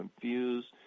confused